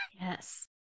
Yes